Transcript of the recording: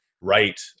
right